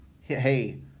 hey